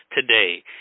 today